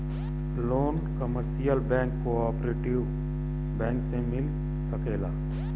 loan commercial bank cooperative bank से मिल सकेला